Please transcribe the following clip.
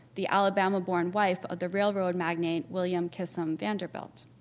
the alabama-born wife of the railroad magnate william kissam vanderbilt.